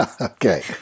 Okay